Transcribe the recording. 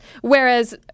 Whereas